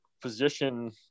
position